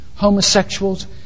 homosexuals